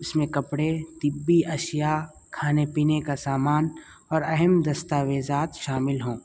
اس میں کپڑے طبی اشیا کھانے پینے کا سامان اور اہم دستاویزات شامل ہوں